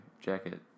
jacket